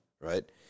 right